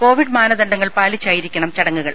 Covid മാനദണ്ഡങ്ങൾ പാലിച്ചായിരിക്കണം ചടങ്ങുകൾ